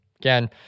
Again